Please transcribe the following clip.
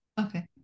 Okay